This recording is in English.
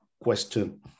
question